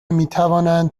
میتوانند